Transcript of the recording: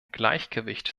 gleichgewicht